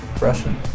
Russian